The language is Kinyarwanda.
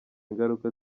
ingaruka